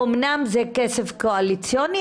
אמנם זה כסף קואליציוני,